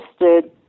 interested